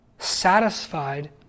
satisfied